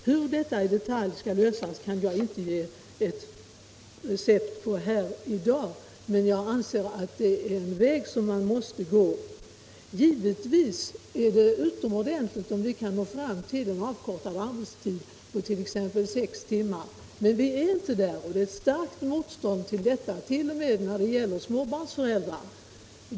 Hur detta i detalj skall lösas kan jag inte ge ett recept på här i dag, men jag anser att det är ett mål som man måste sträva efter. Givetvis är det utomordentligt om vi kan nå fram till en avkortad arbetstid på t.ex. sex timmar, men vi är inte där, och det är starkt motstånd mot detta t.o.m. när det gäller småbarnsföräldrar.